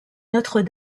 notre